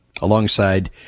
alongside